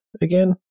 again